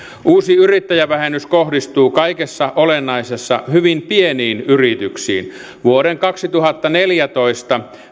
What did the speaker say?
uusi yrittäjävähennys kohdistuu kaikessa olennaisessa hyvin pieniin yrityksiin vuoden kaksituhattaneljätoista